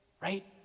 right